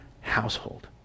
household